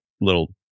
little